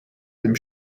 dem